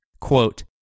Quote